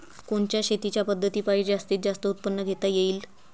कोनच्या शेतीच्या पद्धतीपायी जास्तीत जास्त उत्पादन घेता येईल?